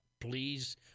please